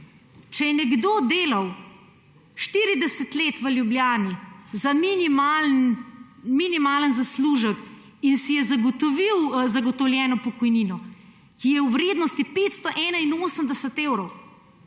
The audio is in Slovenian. Če je nekdo delal 40 let v Ljubljani za minimalen zaslužek in si je zagotovil zagotovljeno pokojnino, ki je v vrednosti 581 evrov